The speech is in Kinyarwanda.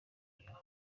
inyuma